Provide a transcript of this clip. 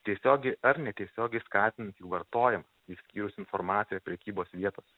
tiesiogiai ar netiesiogiai skatinant jų vartojimą išskyrus informaciją prekybos vietos